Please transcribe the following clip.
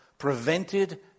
prevented